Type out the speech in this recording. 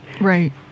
Right